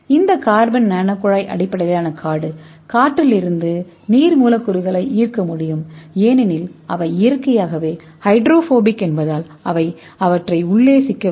இந்த carbon nano குழாய் அடிப்படையிலான காடு காற்றில் இருந்து நீர் மூலக்கூறுகளை ஈர்க்க முடியும் ஏனெனில் அவை இயற்கையாகவே ஹைட்ரோபோபிக் என்பதால் அவை அவற்றை உள்ளே சிக்க வைக்கும்